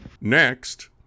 Next